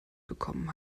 bekommen